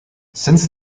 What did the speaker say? since